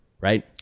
Right